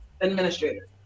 Administrator